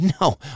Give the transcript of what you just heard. No